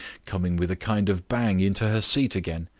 coming with a kind of bang into her seat again,